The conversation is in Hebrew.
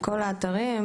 כל האתרים,